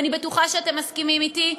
ואני בטוחה שאתם מסכימים אתי,